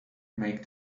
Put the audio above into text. make